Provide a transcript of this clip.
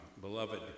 beloved